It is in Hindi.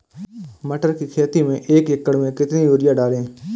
मटर की खेती में एक एकड़ में कितनी यूरिया डालें?